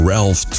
Ralph